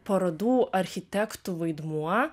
parodų architektų vaidmuo